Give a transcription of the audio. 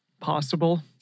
possible